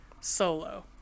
Solo